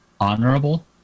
honorable